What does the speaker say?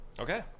Okay